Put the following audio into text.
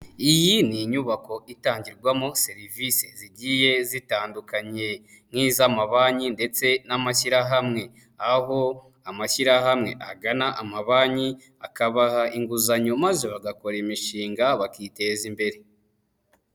Iyi ni inyubako itangirwamo serivisi zigiye zitandukanye nk'iz'amabanki ndetse n'amashyirahamwe, aho amashyirahamwe agana amabanki akabaha inguzanyo maze bagakora imishinga bakiteza imbere.